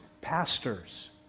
pastors